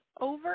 over